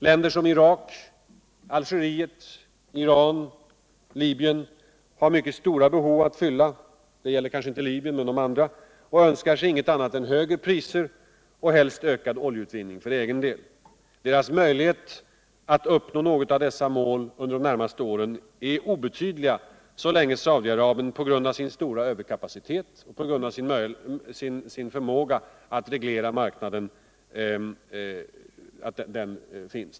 Länder som Irak. Algeriet, Iran och Libyen har mycket stora behov att fylla — kanske inte Libyen. men de andra — och önskar sig inget annat än högre priser och helst ökad oljeutvinning för egen del. Deras möjligheter att uppnå något av dessa mål under de närmaste åren är obetydliga så länge Saudi Arabien på grund av sin stora kapacitet kan reglera marknaden.